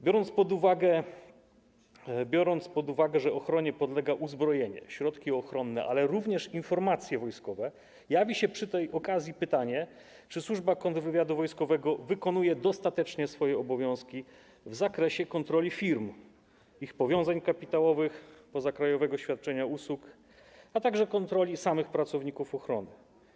Biorąc pod uwagę, że ochronie podlegają uzbrojenie, środki ochronne, ale również informacje wojskowe, pojawia się przy tej okazji pytanie, czy Służba Kontrwywiadu Wojskowego wykonuje dostatecznie swoje obowiązki w zakresie kontroli firm, ich powiązań krajowych, pozakrajowego świadczenia usług, a także kontroli samych pracowników ochrony.